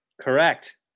Correct